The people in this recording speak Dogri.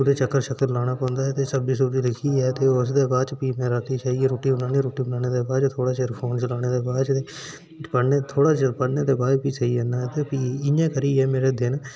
कुतै चक्कर शक्कर लाने पौंदे ते सब्जी सूब्जी रक्खियै उसदे बाद फ्ही में रातीं जाइयै रुट्टी बनाना रुट्टी बनाने दे बाद थोह्ड़े चिर फोन चलाने दे बाद थोह्ड़े चिर पढ़ने दे बाद फ्ही में सेई जन्नां फ्ही इ'यां करियै' मेरा दिन